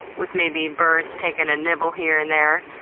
with maybe birds taking a nibble here and there.